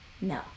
No